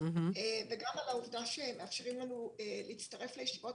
וגם מאפשרים לנו להצטרף לישיבות